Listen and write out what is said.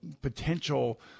potential